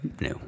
No